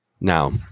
now